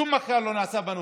שום מחקר לא נעשה בנושא.